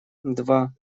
два